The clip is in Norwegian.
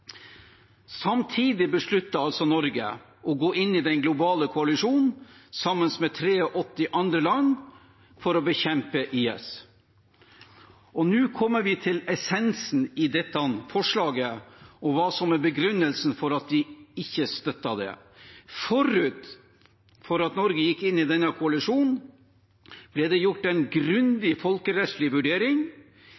Samtidig besluttet Norge å gå inn i den globale koalisjonen sammen med 83 andre land for å bekjempe IS. Nå kommer vi til essensen i dette forslaget, og hva som er begrunnelsen for at vi ikke støtter det. Forut for at Norge gikk inn i denne koalisjonen, ble det gjort en